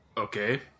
Okay